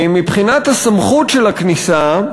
מבחינת הסמכות של הכניסה,